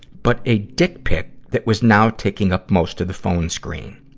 but a dick pic that was now taking up most of the phone screen.